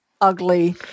ugly